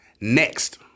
Next